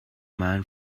man